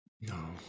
No